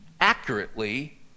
accurately